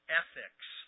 ethics